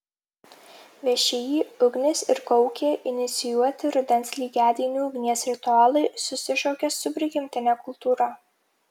všį ugnis ir kaukė inicijuoti rudens lygiadienių ugnies ritualai susišaukia su prigimtine kultūra